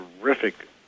terrific